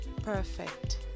perfect